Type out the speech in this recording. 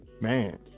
Man